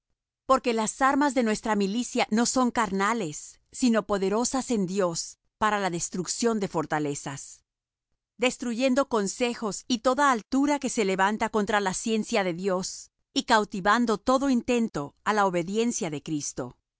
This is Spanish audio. si anduviésemos según la carne pues aunque andamos en la carne no militamos según la carne porque las armas de nuestra milicia no son carnales sino poderosas en dios para la destrucción de fortalezas destruyendo consejos y toda altura que se levanta contra la ciencia de dios y cautivando todo intento á la obediencia de cristo